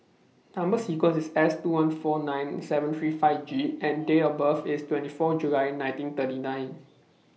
Number sequence IS S two one four nine seven three five G and Date of birth IS twenty four July nineteen thirty nine